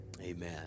amen